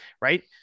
Right